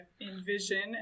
envision